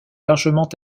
largement